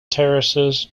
terraces